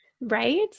Right